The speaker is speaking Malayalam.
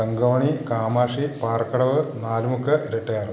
തങ്കമണി കാമാക്ഷി പാറക്കടവ് നാലുമുക്ക് ഇരട്ടയാറ്